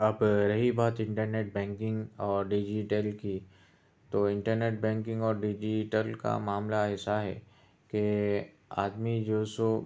اب رہی بات انٹرنیٹ بینکنگ اور ڈیجیٹل کی تو انٹرنیٹ بینکنگ اور ڈیجیٹل کا معاملہ ایسا ہے کہ آدمی جو سو